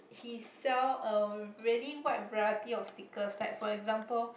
he sell a really wide variety of stickers like for example